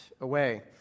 away